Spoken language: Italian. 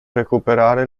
recuperare